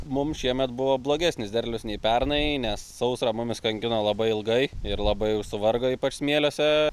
mums šiemet buvo blogesnis derlius nei pernai nes sausra mumis kankino labai ilgai ir labai jau suvargo ypač smėliuose